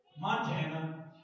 Montana